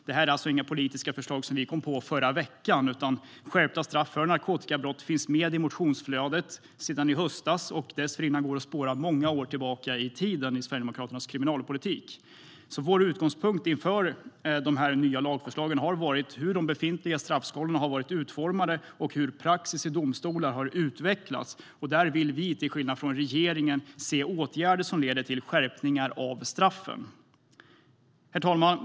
Detta är alltså inga politiska förslag som vi kom på i förra veckan, utan skärpta straff för narkotikabrott finns med i motionsflödet från i höstas och går dessförinnan att spåra många år tillbaka i tiden i Sverigedemokraternas kriminalpolitik. Vår utgångspunkt inför de nya lagförslagen har varit hur de befintliga straffskalorna har varit utformade och hur praxis i domstolar har utvecklats. Där vill vi, till skillnad från regeringen, se åtgärder som leder till skärpningar av straffen. Herr talman!